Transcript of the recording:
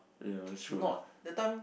not that time